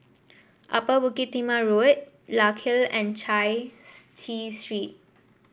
Upper Bukit Timah Road Larkhill Road and Chai Chee Street